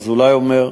וגם אזולאי אומר,